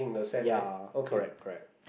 ya correct correct